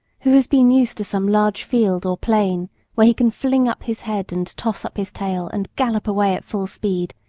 who has been used to some large field or plain where he can fling up his head and toss up his tail and gallop away at full speed,